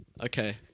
Okay